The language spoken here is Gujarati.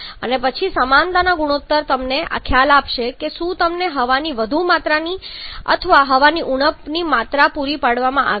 અને પછી સમાનતા ગુણોત્તર તમને ખ્યાલ આપશે કે શું તમને હવાની વધુ માત્રા અથવા હવાની ઉણપની માત્રા પૂરી પાડવામાં આવી છે